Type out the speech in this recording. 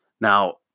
now